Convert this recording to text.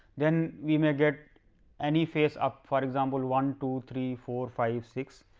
then we may get any face up for example one, two, three, four, five, six,